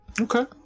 okay